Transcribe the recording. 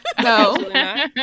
No